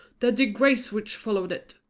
the disgrace which followed it.